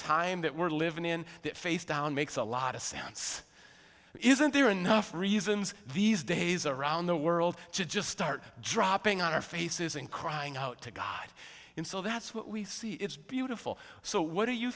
time that we're living in that face down makes a lot of sense isn't there enough reasons these days around the world to just start dropping on our faces and crying out to god in so that's what we see it's beautiful so what are you